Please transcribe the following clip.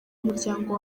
muryango